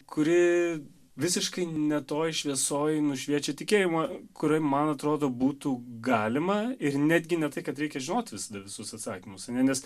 kuri visiškai ne toj šviesoj nušviečia tikėjimą kur man atrodo būtų galima ir netgi ne tai kad reikia žinot visada visus atsakymus ar ne nes